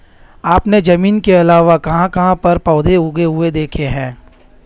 आपने जमीन के अलावा कहाँ कहाँ पर पौधे उगे हुए देखे हैं?